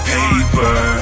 Paper